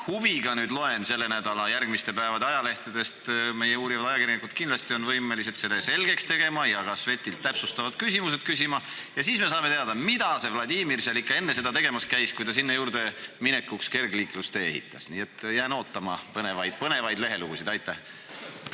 huviga nüüd loen selle nädala järgmiste päevade ajalehtedest. Meie uurivad ajakirjanikud kindlasti on võimelised selle selgeks tegema ja ka härra Svetilt täpsustavad küsimused küsima. Ja siis me saame teada, mida see Vladimir seal ikka enne seda tegemas käis, kui ta sinna juurde minekuks kergliiklustee ehitas. Nii et jään ootama põnevaid lehelugusid. Aitäh!